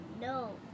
No